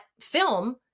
film